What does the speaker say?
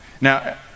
Now